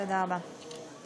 תודה רבה.